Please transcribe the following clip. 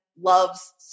loves